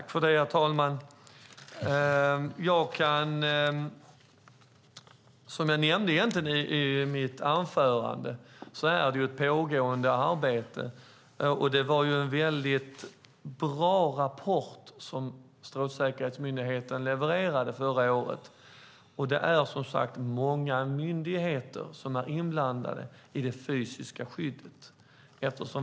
Herr talman! Som jag nämnde i mitt anförande är det ett pågående arbete. Det var en mycket bra rapport som Strålsäkerhetsmyndigheten levererade förra året, och det är som sagt många myndigheter som är inblandade i det fysiska skyddet.